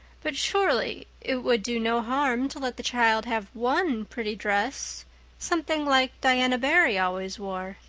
but surely it would do no harm to let the child have one pretty dress something like diana barry always wore.